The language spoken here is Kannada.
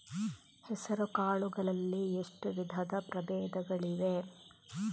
ಹೆಸರುಕಾಳು ಗಳಲ್ಲಿ ಎಷ್ಟು ವಿಧದ ಪ್ರಬೇಧಗಳಿವೆ?